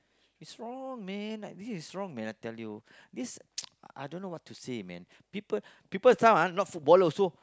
is wrong man like this is wrong man I tell you this I don't know what to say man people people some ah not footballer also